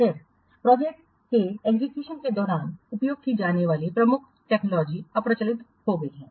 फिर प्रोजेक्ट के एग्जीक्यूशन के दौरान उपयोग की जाने वाली कुछ प्रमुख टेक्नोलॉजी अप्रचलित हो गई हैं